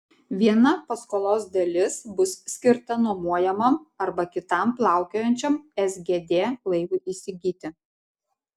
viena paskolos dalis bus skirta nuomojamam arba kitam plaukiojančiam sgd laivui įsigyti